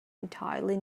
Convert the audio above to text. entirely